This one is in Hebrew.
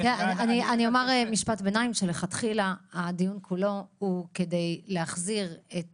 אני אגיד משפט ביניים שלכתחילה הדיון כולו הוא כדי להחזיר את